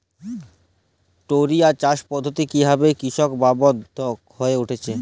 টোরিয়া চাষ পদ্ধতি কিভাবে কৃষকবান্ধব হয়ে উঠেছে?